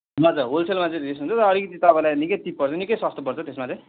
हुन त होलसेलमा चाहिँ लिइसकेपछि चाहिँ अलिकति तपाईँलाई निकै चिप पर्छ निकै सस्तो पर्छ त्यसमा चाहिँ